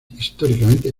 históricamente